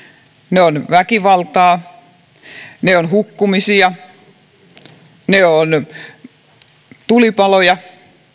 ne ovat väkivaltaa ne ovat hukkumisia ne ovat tulipaloja